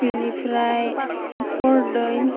बिनिफ्राय करदै